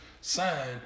Sign